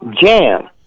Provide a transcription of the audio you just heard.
jam